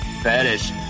fetish